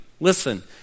Listen